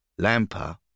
Lamper